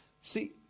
See